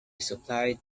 supplied